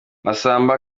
masamba